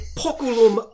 poculum